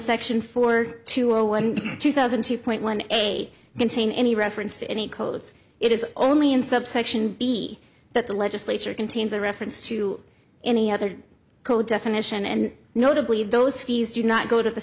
section four two zero one two thousand two point one eight contain any reference to any codes it is only in subsection b that the legislature contains a reference to any other code definition and notably those fees do not go to the